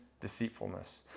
deceitfulness